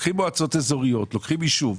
לוקחים מועצות אזוריות, לוקחים ישוב,